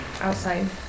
outside